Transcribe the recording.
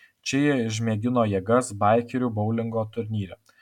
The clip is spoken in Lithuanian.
čia jie išmėgino jėgas baikerių boulingo turnyre